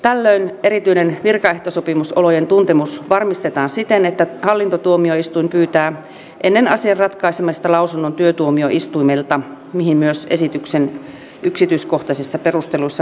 tällöin erityinen virkaehtosopimusolojen tuntemus varmistetaan siten että hallintotuomioistuin pyytää ennen asian ratkaisemista lausunnon työtuomioistuimelta mihin myös esityksen yksityiskohtaisissa perusteluissa viitataan